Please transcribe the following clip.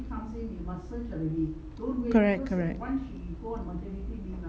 correct correct